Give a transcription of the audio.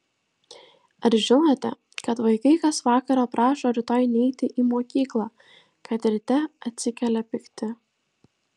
ar žinote kad vaikai kas vakarą prašo rytoj neiti į mokyklą kad ryte atsikelia pikti